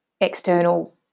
external